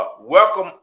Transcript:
Welcome